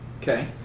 Okay